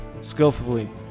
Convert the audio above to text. skillfully